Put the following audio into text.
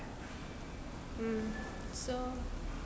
mm so